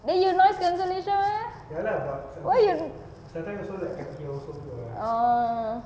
then you noise cancellation meh why you oh